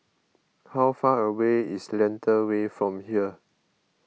how far away is Lentor Way from here